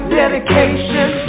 dedication